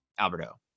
Alberto